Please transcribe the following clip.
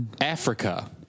Africa